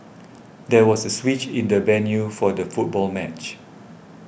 there was a switch in the venue for the football match